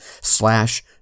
slash